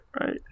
right